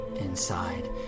inside